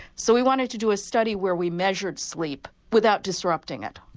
so we wanted to do a study where we measured sleep without disrupting it.